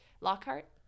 lockhart